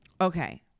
Okay